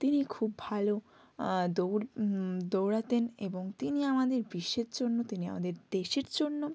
তিনি খুব ভালো দৌড় দৌড়াতেন এবং তিনি আমাদের বিশ্বের জন্য তিনি আমাদের দেশের জন্য